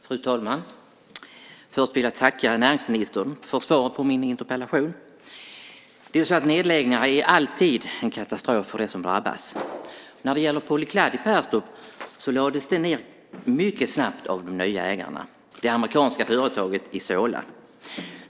Fru talman! Först vill jag tacka näringsministern för svaret på min interpellation. Nedläggningar är alltid en katastrof för dem som drabbas. Företaget Polyclad i Perstorp lades ned mycket snabbt av de nya ägarna, det amerikanska företaget Isola.